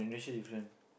Indonesia different